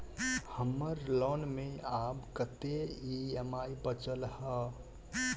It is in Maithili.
हम्मर लोन मे आब कैत ई.एम.आई बचल ह?